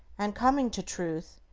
and coming to truth,